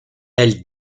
elle